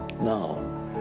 now